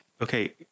okay